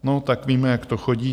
No, tak víme, jak to chodí.